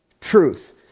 Truth